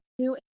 two